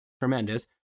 tremendous